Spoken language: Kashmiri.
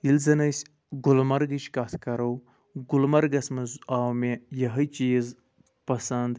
ییٚلہِ زن أسۍ گُلمَرگٕچۍ کتھ کرو گُلمرگَس مَنٛز آو مےٚ یہوے چیٖز پَسَنٛد